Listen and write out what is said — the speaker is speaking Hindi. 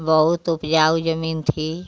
बहुत उपजाऊ जमीन थी